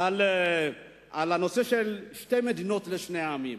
על הנושא של שתי מדינות לשני עמים?